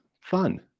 fun